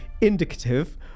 indicative